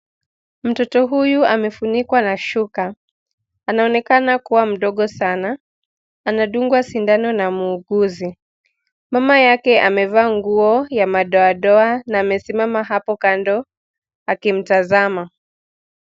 Mtoto huyu amefunikwa na shuka. Anaonekana kuwa mdogo sana. Anadungwa sindano na muuguzi. Mama yake amevaa nguo ya madoadoa na amesimama hapo kando akimtazama.